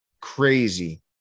crazy